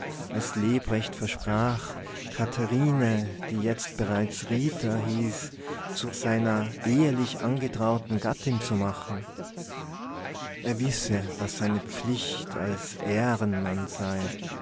als lebrecht versprach katharine die jetzt bereits rita hieß zu seiner ehelich angetrauten gattin zu machen er wisse was seine pflicht als ehrenmann sei